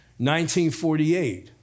1948